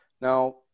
Now